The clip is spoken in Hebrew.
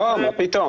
מה פתאום.